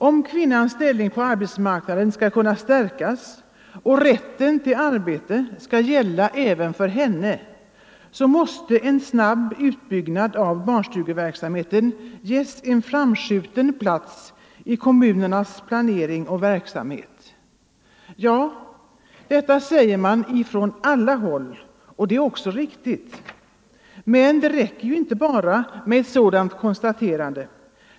Om kvinnans ställning på arbetsmarknaden skall kunna stärkas och rätten till arbete skall gälla även för henne, måste en snabb utbyggnad av barnstugeverksamheten ges en framskjuten plats i kommunernas planering och verksamhet. Ja, detta säger man från alla håll, och det är också riktigt. Men det räcker ju inte bara med ett sådant konstaterande.